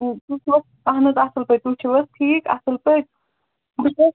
تُہۍ چھُو حظ اَہن حظ اَصٕل پٲٹھۍ تُہۍ چھِو حظ ٹھیٖک اَصٕل پٲٹھۍ بہٕ چھَس